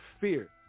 fear